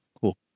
cool